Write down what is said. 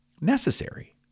necessary